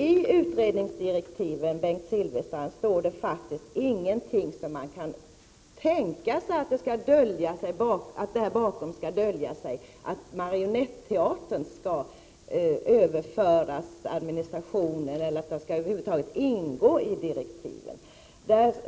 I utredningsdirektiven står det faktiskt ingenting, Bengt Silfverstrand, bakom vilket det kan tänkas dölja sig någonting om Marionetteatern. Direktiven